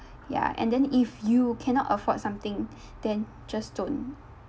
ya and then if you cannot afford something then just don't